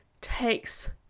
takes